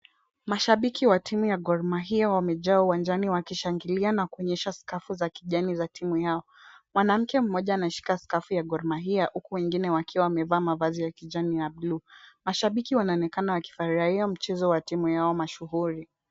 Mashabiki wa timu ya Gor Mahia wamejaa uwanjani wakishangilia na kuonyesha skafu za kijani za timu yao. Mwanamke mmoja ameshika skafu ya Gor Mahia, huku wengine wakiwa wamevaa mavazi ya kijani na buluu. Mashabiki wanaonekana wakifurahia mchezo wa timu yao mashuhuri.